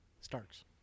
Starks